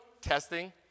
Testing